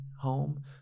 home